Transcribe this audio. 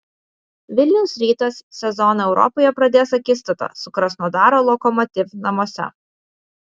vilniaus rytas sezoną europoje pradės akistata su krasnodaro lokomotiv namuose